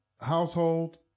household